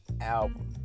album